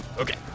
Okay